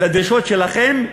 לדרישות שלכם.